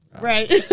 Right